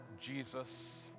Jesus